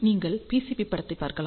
நீங்கள் பிசிபி படத்தைப் பார்க்கலாம்